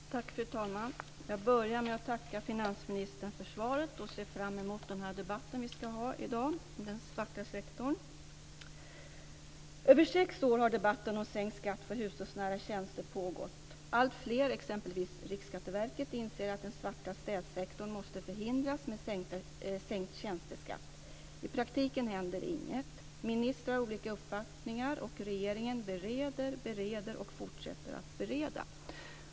Fru talman! Jag börjar med att tacka finansministern för svaret och ser fram emot den här debatten som vi ska ha i dag om den svarta sektorn. Under mer än sex år har debatten om sänkt skatt för hushållsnära tjänster pågått. Alltfler, exempelvis Riksskatteverket, inser att den svarta städsektorn måste förhindras med sänkt tjänsteskatt. I praktiken händer inget. Ministrar har olika uppfattningar, och regeringen bereder, bereder och fortsätter att bereda.